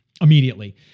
immediately